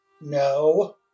No